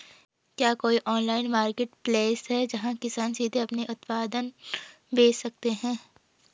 क्या कोई online marketplace है, जहां किसान सीधे अपने उत्पाद बेच सकते हैं?